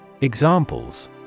Examples